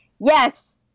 yes